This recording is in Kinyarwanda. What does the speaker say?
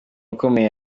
ukomeye